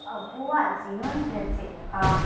ᱟᱵᱚᱣᱟᱜ ᱡᱤᱭᱚᱱ ᱨᱮ ᱪᱮᱫᱞᱮᱠᱟ